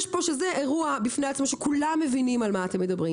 יש פה אירוע בפני עצמו שכולם מבינים על מה אתם מדברים,